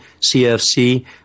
CFC